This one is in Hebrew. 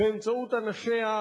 באמצעות אנשיה,